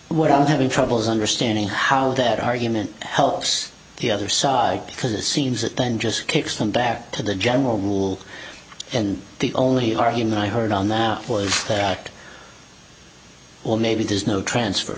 what i'm having trouble understanding how that argument helps the other side because it seems that thing just kicks them back to the general rule and the only are you know i heard on that voice well maybe there's no transfer